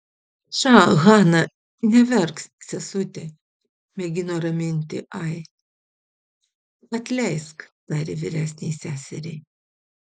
ša hana neverk sesute mėgino raminti ai atleisk tarė vyresnei seseriai